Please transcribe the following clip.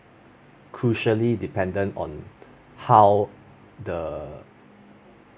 crucially dependent on how the